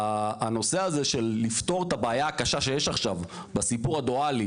הנושא הזה של לפתור את הבעיה הקשה שיש עכשיו בסיפור הדואלי